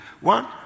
One